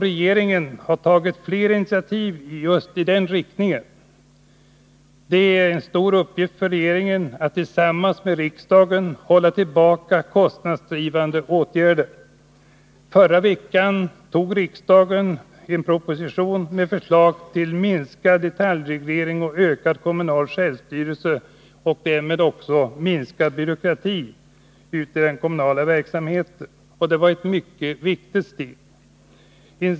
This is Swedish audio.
Regeringen har tagit flera initiativ just i den riktningen. Det är en stor uppgift för regeringen att, tillsammans med riksdagen, hålla tillbaka kostnadsdrivande åtgärder. Förra veckan antog riksdagen en proposition med förslag till minskad detaljreglering och ökad kommunal självstyrelse och därmed också minskad byråkrati i den kommunala verksamheten. Det var ett mycket viktigt steg.